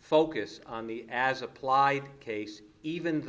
focus on the as applied case even